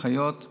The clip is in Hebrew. אחיות,